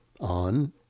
on